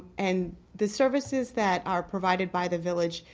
and the services that are provided by the village,